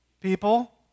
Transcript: people